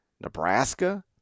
Nebraska